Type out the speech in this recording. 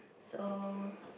so